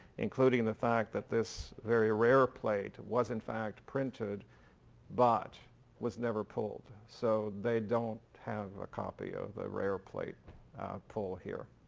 including the fact that this very rare plate was in fact printed but was never pulled. so they don't have a copy of the rare plate pull here.